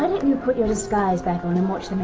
why don't you put your disguise back on and watch the